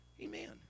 amen